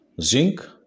zinc